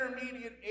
intermediate